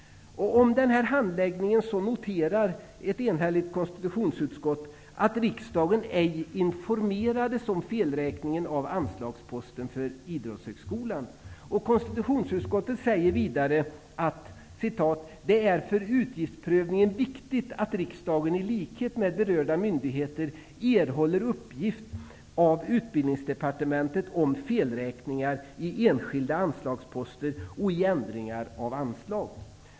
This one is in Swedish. Om detta noterar ett enhälligt konstitutionsutskott att riksdagen ej informerades om felräkningen av anslagsposten för Idrottshögskolan. Konstitutionsutskottet säger vidare: ''Det är för utgiftsprövningen viktigt att riksdagen i likhet med berörda myndigheter erhåller uppgift av Fru talman!